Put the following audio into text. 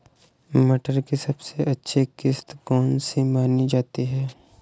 मटर की सबसे अच्छी किश्त कौन सी मानी जाती है?